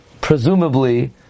presumably